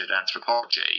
Anthropology